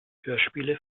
hörspiele